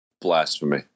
Blasphemy